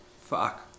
Fuck